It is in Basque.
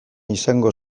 izango